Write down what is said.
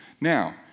Now